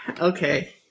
Okay